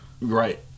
Right